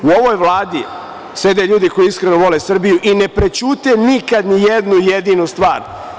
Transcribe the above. U ovoj Vladi sede ljudi koji iskreno vole Srbiju i ne prećute nikad nijednu jedinu stvar.